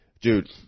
dude